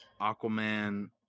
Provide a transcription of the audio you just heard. Aquaman